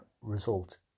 result